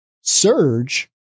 surge